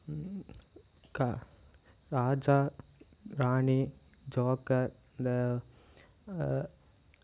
க ராஜா ராணி ஜோக்கர் இந்த